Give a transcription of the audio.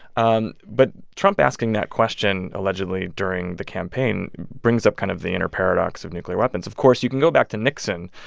um but trump asking that question allegedly during the campaign brings up kind of the inner paradox of nuclear weapons of course, you can go back to nixon,